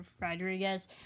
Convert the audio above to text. Rodriguez